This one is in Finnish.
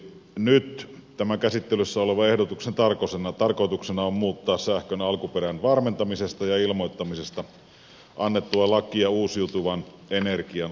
nyt tämän käsittelyssä olevan ehdotuksen tarkoituksena on muuttaa sähkön alkuperän varmentamisesta ja ilmoittamisesta annettua lakia uusiutuvan energian alkuperätakuiden osalta